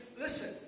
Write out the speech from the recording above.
listen